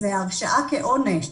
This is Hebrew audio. זאת הרשעה כעונש.